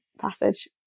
passage